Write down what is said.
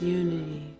unity